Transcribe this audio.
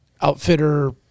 outfitter